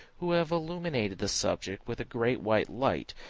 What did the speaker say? who have illuminated the subject with a great white light,